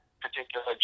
particular